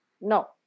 No